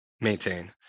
maintain